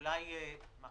אייל, אתה תקריא.